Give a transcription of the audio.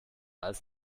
als